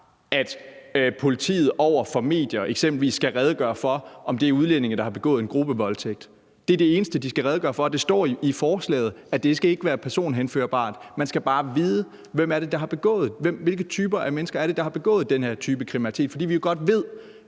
at politiet over for medier eksempelvis skal redegøre for, om det er udlændinge, der har begået en gruppevoldtægt. Det er det eneste, de skal redegøre for, og det står i forslaget, at det ikke skal være personhenførbart. Man skal bare vide, hvem det er, der har begået det. Hvilke typer af mennesker er det, der har begået den her type kriminalitet? For vi ved godt,